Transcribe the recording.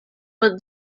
but